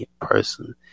person